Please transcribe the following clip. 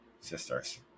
sisters